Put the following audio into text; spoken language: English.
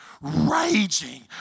raging